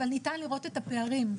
אבל ניתן לראות את הפערים.